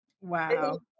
Wow